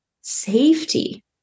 safety